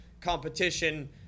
competition